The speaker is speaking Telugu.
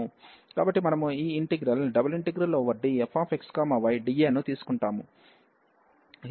కాబట్టి మనము ఈ ఇంటిగ్రల్ ∬DfxydA ను తీసుకుంటాము ఈ dx పై ఈ y ని కాన్స్టాంట్ గా పరిగణిస్తుంది